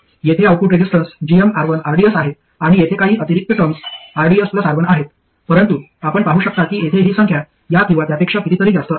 येथे output resistance gmR1rds आहे आणि येथे काही अतिरिक्त टर्म्स rds R1 आहेत परंतु आपण पाहू शकता की येथे ही संख्या या किंवा त्यापेक्षा कितीतरी जास्त आहे